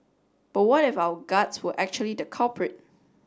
but what if our guts were actually the culprit